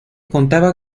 contaba